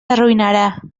arruïnarà